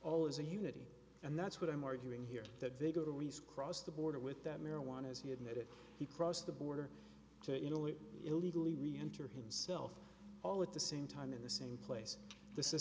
all is a unity and that's what i'm arguing here that they go to least cross the border with that marijuana's he admitted he crossed the border to italy illegally reenter himself all at the same time in the same place this is